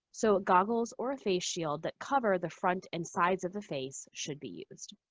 so goggles or a face shield that cover the front and sides of the face should be used.